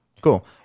Cool